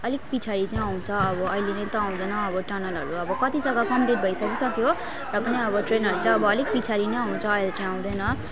अलिक पछाडि चाहिँ आउँछ अब अहिले नै त आँउदैन अब टनलहरू अब कति जग्गा कम्पलिट भइ सकिसक्यो र पनि अब ट्रेनहरू चाहिँ अलिक पछाडि नै आँउछ अहिले चाहिँ आउँदैन